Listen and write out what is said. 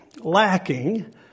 lacking